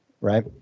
Right